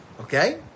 okay